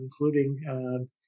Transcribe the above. including